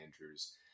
Andrews